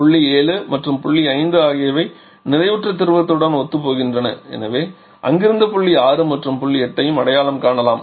புள்ளி 7 மற்றும் புள்ளி 5 ஆகியவை நிறைவுற்ற திரவத்துடன் ஒத்துப்போகின்றன எனவே அங்கிருந்து புள்ளி 6 மற்றும் புள்ளி 8 ஐயும் அடையாளம் காணலாம்